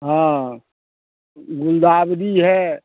हाँ गुलदावरी है